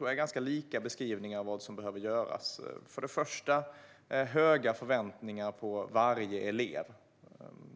vi har ganska likartade beskrivningar av vad som behöver göras i detta. För det första handlar det om att ha höga förväntningar på varje elev.